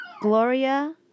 Gloria